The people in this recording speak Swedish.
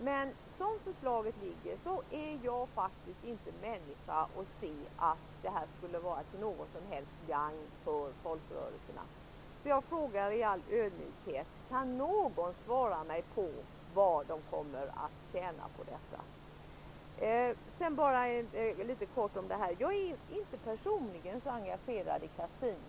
Men som förslaget ser ut är jag inte människa att se att detta skulle vara till något som helst gagn för folkrörelserna. Därför frågar jag i all ödmjukhet: Kan någon svara mig på vad folkrörelserna kommer att tjäna på detta? Jag är inte personligen engagerad i frågan om kasinon.